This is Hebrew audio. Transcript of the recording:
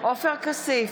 עופר כסיף,